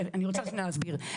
אני רוצה שנייה להסביר.